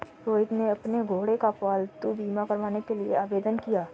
रोहित ने अपने घोड़े का पालतू बीमा करवाने के लिए आवेदन किया